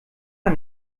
man